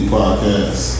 Podcast